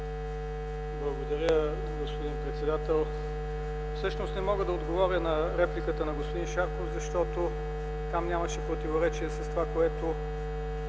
Благодаря, господин председател. Не мога да отговоря на репликата на господин Шарков, защото там нямаше противоречие с това, за което